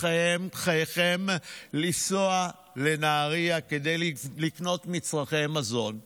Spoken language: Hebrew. חייכם לנסוע לנהריה כדי לקנות מצרכי מזון.